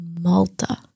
Malta